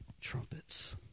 trumpets